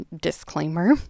disclaimer